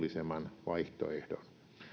tälle ravintolayritykselle edullisemman vaihtoehdon